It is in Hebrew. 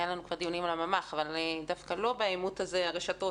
היו לנו כבר דיונים על הממ"ח דווקא לא בעימות הזה של הרשתות,